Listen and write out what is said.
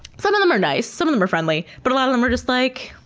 some of them are nice, some of them are friendly, but a lot of them are just like,